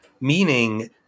Meaning